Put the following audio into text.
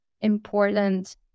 important